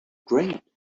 great